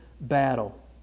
battle